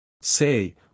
Say